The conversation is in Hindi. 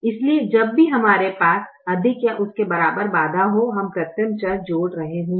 इसलिए जब भी हमारे पास अधिक या उसके बराबर बाधा हो हम कृत्रिम चर जोड़ रहे होंगे